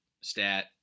stat